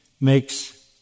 makes